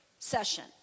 session